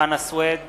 חנא סוייד,